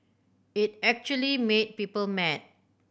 it actually made people mad